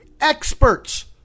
experts